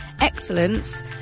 Excellence